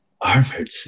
armored